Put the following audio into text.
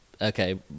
Okay